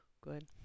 good